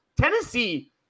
Tennessee